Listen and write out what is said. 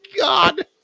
God